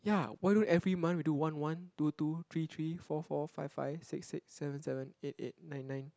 ya why don't every month we do one one two two three three four four five five six six seven seven eight eight nine nine